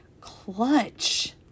clutch